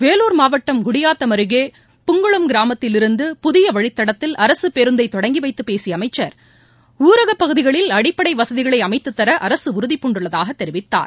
வேலூர் மாவட்டம் குடியாத்தம் அருகே புங்குளம் கிராமத்தில் இருந்து புதிய வழித்தடத்தில் அரசுப் பேருந்தை தொடங்கி வைத்து பேசிய அமைச்சர் ஊரகப் பகுதிகளில் அடிப்படை வசதிகளை அமைத்து தர அரசு உறுதிபூண்டுள்ளதாக தெரிவித்தார்